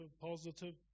positive